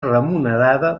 remunerada